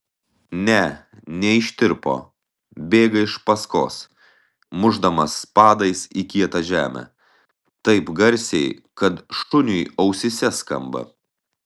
ne neištirpo bėga iš paskos mušdamas padais į kietą žemę taip garsiai kad šuniui ausyse skamba